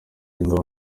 ingabo